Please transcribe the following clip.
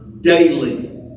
daily